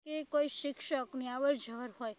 કે કોઈ શિક્ષકની અવરજવર હોય